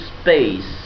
space